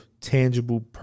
tangible